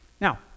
Now